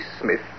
Smith